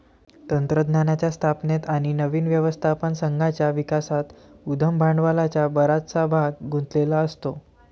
तंत्रज्ञानाच्या स्थापनेत आणि नवीन व्यवस्थापन संघाच्या विकासात उद्यम भांडवलाचा बराचसा भाग गुंतलेला असतो